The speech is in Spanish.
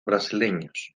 brasileños